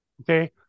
Okay